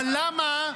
אבל למה?